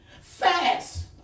Fast